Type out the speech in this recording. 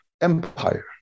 empire